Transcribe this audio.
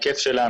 ההיקף שלה,